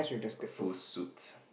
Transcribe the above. full suit